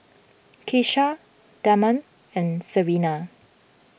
Keesha Damond and Serena